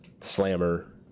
slammer